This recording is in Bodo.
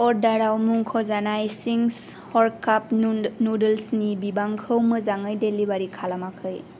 अर्डाराव मुंख'जानाय चिंस हरखाब नुदोल्सनि बिबांखौ मोजाङै डेलिबारि खालामाखै